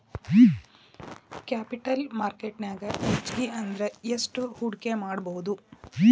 Capital market ನ್ಯಾಗ್ ಹೆಚ್ಗಿ ಅಂದ್ರ ಯೆಸ್ಟ್ ಹೂಡ್ಕಿಮಾಡ್ಬೊದು?